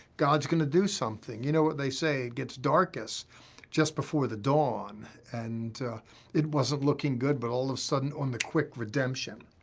god's gonna do something. you know what they say it gets darkest just before the dawn, and it wasn't looking good, but all of a sudden on the quick redemption.